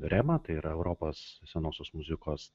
rema tai yra europos senosios muzikos